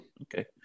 Okay